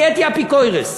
נהייתי אפיקורס.